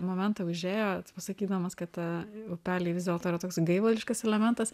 momentą užėjo pasakydamas kad upeliai vis dėlto yra toks gaivališkas elementas